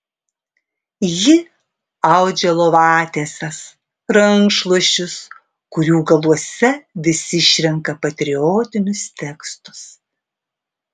ji audžia lovatieses rankšluosčius kurių galuose vis išrenka patriotinius tekstus